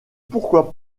pourquoi